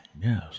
Yes